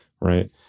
right